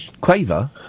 Quaver